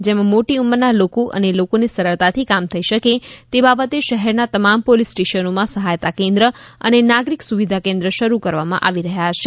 જેમાં મોટી ઉંમરના લોકો અને લોકોને સરળતાથી કામ થઈ શકે તે બાબતે શહેરના તમામ પોલીસ સ્ટેશનોમાં સહાયતા કેન્દ્ર અને નાગરિક સુવિધા કેન્દ્ર શરૂ કરવામાં આવી રહ્યા છે